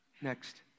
Next